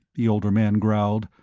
the older man growled.